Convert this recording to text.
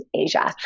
Asia